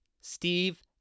Steve